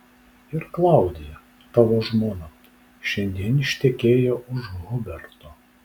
ir klaudija tavo žmona šiandien ištekėjo už huberto